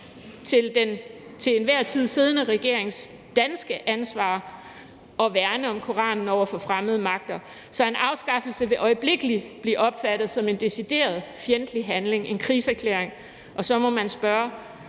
til den til enhver tid siddende regerings danske ansvar at værne om Koranen over for fremmede magter. Så en afskaffelse vil øjeblikkelig blive opfattet som en decideret fjendtlig handling, en krigserklæring, og man må så spørge,